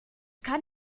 kann